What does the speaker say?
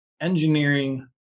engineering